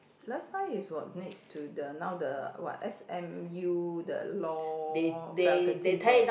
last time it was next to the now the what s_m_u the law faculty there